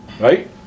right